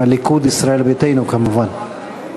מהליכוד, ישראל ביתנו כמובן.